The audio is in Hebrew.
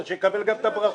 אז שיקבל גם את הברכות.